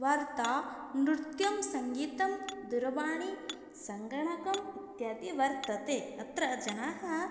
वार्ता नृत्यं सङ्गीतं दूरवाणी सङ्गणकम् इत्यादि वर्तते अत्र जनाः